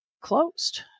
closed